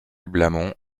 blamont